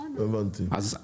וגם קבוצה.